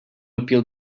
appeal